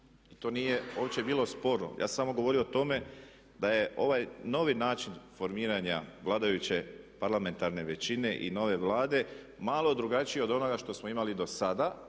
To nije uopće bilo sporno. Ja sam samo govorio o tome da je ovaj novi način formiranja vladajuće parlamentarne većine i nove Vlade malo drugačiji od onoga što smo imali dosada,